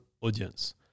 audience